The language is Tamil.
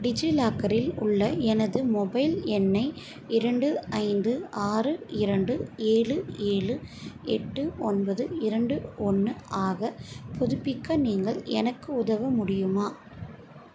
டிஜிலாக்கரில் உள்ள எனது மொபைல் எண்ணை இரண்டு ஐந்து ஆறு இரண்டு ஏழு ஏழு எட்டு ஒன்பது இரண்டு ஒன்று ஆக புதுப்பிக்க நீங்கள் எனக்கு உதவ முடியுமா